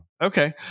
okay